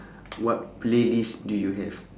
what playlist do you have